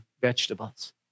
vegetables